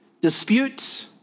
disputes